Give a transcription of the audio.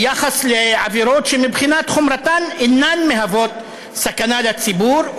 ביחס לעבירות שמבחינת חומרתן אינן מהוות סכנה לציבור,